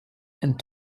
and